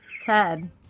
Ted